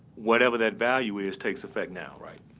whatever that value is takes effect now, right?